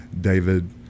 David